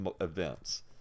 events